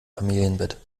familienbett